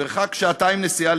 לפעמים מרחק של שעתיים נסיעה,